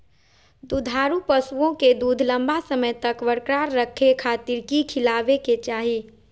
दुधारू पशुओं के दूध लंबा समय तक बरकरार रखे खातिर की खिलावे के चाही?